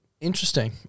Interesting